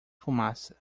fumaça